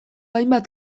hainbat